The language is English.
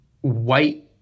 white